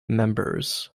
members